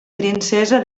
princesa